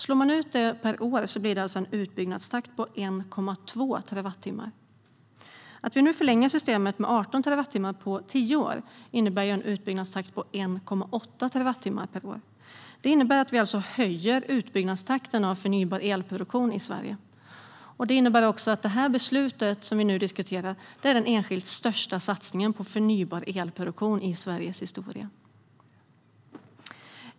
Slår man ut det per år blir det alltså en utbyggnadstakt på 1,2 terawattimmar. Att vi nu förlänger systemet med 18 terawattimmar på tio år innebär en utbyggnadstakt på 1,8 terawattimmar per år. Det innebär alltså att vi höjer utbyggnadstakten av förnybar elproduktion i Sverige, och det innebär också att det beslut vi nu diskuterar är den enskilt största satsningen på förnybar elproduktion i Sveriges historia.